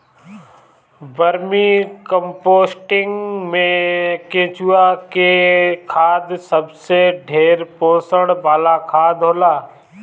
vermi composting में केचुआ के खाद सबसे ढेर पोषण वाला खाद होला